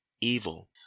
evil